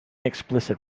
explicit